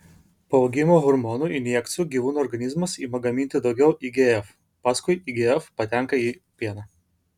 po augimo hormono injekcijų gyvūnų organizmas ima gaminti daugiau igf paskui igf patenka į pieną